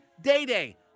day-day